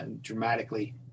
dramatically